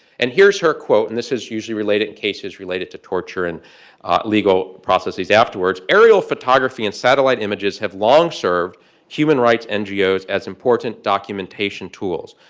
and here's her quote, and this is usually related in cases related to torture and legal processes afterwards. aerial photography and satellite images have long served human-rights ngos as important documentation tools.